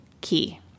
key